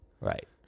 right